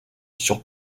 sur